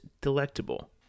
delectable